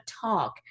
talk